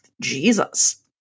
Jesus